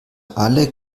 alle